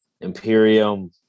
Imperium